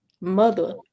mother